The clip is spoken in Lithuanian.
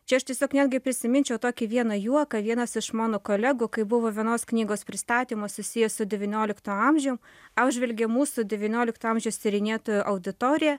čia aš tiesiog netgi prisiminčiau tokį vieną juoką vienas iš mano kolegų kai buvo vienos knygos pristatymas susijęs su devynioliktu amžimu apžvelgė mūsų devyniolikto amžiaus tyrinėtojų auditoriją